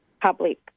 public